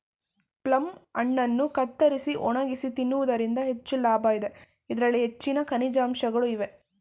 plum ಹಣ್ಣುಗಳನ್ನು ಕತ್ತರಿಸಿ ಒಣಗಿಸಿ ತಿನ್ನುವುದರಿಂದ ಹೆಚ್ಚು ಲಾಭ ಇದೆ, ಇದರಲ್ಲಿ ಹೆಚ್ಚಿನ ಖನಿಜಾಂಶಗಳು ಇವೆ